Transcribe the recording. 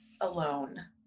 alone